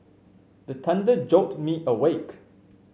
the thunder jolt me awake